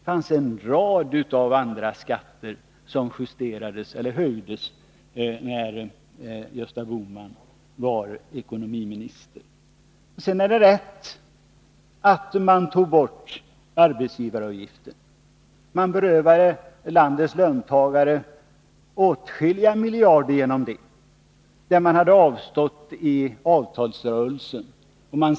Det var en rad andra skatter som justerades eller höjdes när Gösta Bohman var ekonomiminister. Det är riktigt att arbetsgivaravgiften togs bort. Landets löntagare berövades åtskilliga miljarder genom det som de hade avstått i avtalsrörelsen.